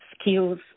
skills